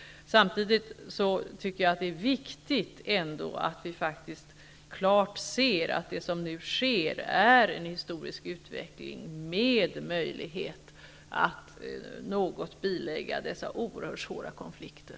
Samtidigt tycker jag ändå att det är viktigt att vi klart ser att det som nu sker är en historisk utveckling med möjlighet att i någon mån bilägga dessa oerhört svåra konflikter.